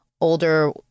older